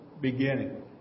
beginning